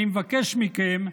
אני מבקש מכם,